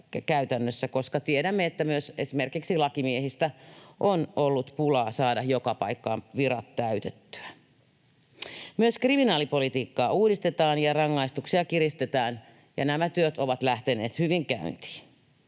koska tiedämme, että on myös ollut pulaa esimerkiksi lakimiehistä ja vaikeaa saada joka paikassa virat täytettyä. Myös kriminaalipolitiikkaa uudistetaan ja rangaistuksia kiristetään. Nämä työt ovat lähteneet hyvin käyntiin.